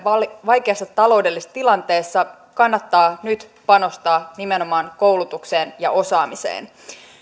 vaikeassa taloudellisessa tilanteessa kannattaa nyt panostaa nimenomaan koulutukseen ja osaamiseen ja